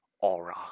aura